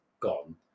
gone